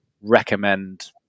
recommend